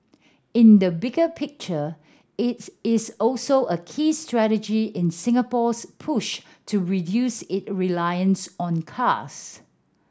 in the bigger picture it's is also a key strategy in Singapore's push to reduce it reliance on cars